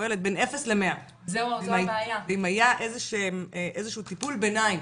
פועלת בין 0 ל- 100. אם היה איזה שהוא טיפול ביניים